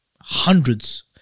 hundreds